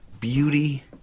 beauty